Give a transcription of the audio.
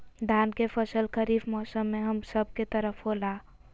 धान के फसल खरीफ मौसम में हम सब के तरफ होला